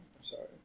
Sorry